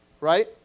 right